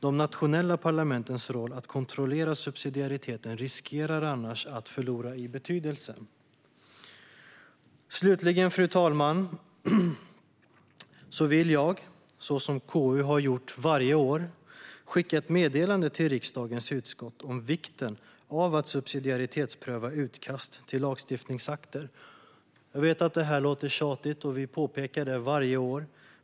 De nationella parlamentens roll att kontrollera subsidiariteten riskerar annars att förlora i betydelse. Slutligen, fru talman, vill jag, som KU har gjort varje år, skicka ett meddelande till riksdagens utskott om vikten av att subsidiaritetspröva utkast till lagstiftningsakter. Jag vet att det låter tjatigt, och vi påpekar det varje år.